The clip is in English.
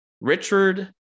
Richard